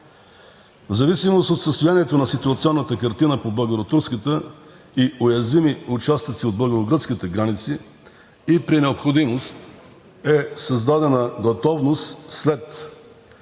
В зависимост от състоянието на ситуационната картина по българо-турската и уязвими участъци от българо-гръцката граници при необходимост е създадена готовност след